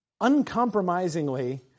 uncompromisingly